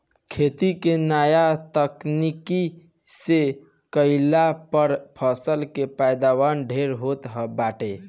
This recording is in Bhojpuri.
खेती के नया तकनीकी से कईला पअ फसल के पैदावार ढेर होत बाटे